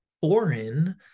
foreign